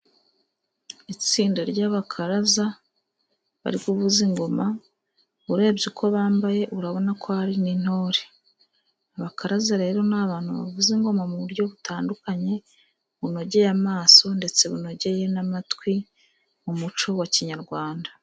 Itsinda ry' abakaraza bari kuvuza ingoma, urebye uko bambaye urabona ko hari n' intore; abakaraza rero ni abantu bavuza ingoma mu buryo butandukanye, bunogeye amaso, ndetse bunogeye n' amatwi mu muco wa kinyarwanda.